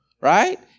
Right